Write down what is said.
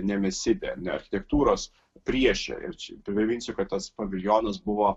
nemisidė ne architektūros priešė ir čia priminsiu kad tas paviljonas buvo